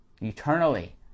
Eternally